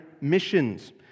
missions